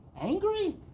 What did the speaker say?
angry